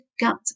gut